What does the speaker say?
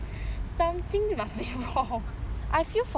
something must be wrong